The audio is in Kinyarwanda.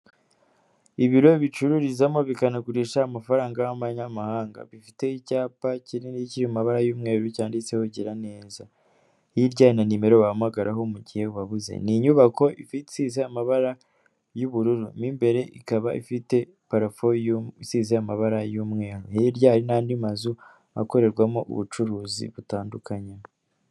Ibiro bicururizamo bikanagurisha amafaranga y'abanyamahanga bifite icyapa kinini cyiri mu mabara y'umweru byanditseho giraneza hirya hari na nimero wahamagaraho mu gihe ubabuze ni inyubako isize amabara y'ubururu mo imbere ikaba ifite purafo isize amabara y'umweru hirya hari andi mazu akorerwamo ubucuruzi butandukanye.